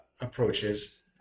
approaches